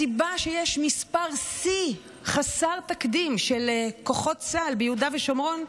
הסיבה שיש מספר שיא חסר תקדים של כוחות צה"ל ביהודה ושומרון,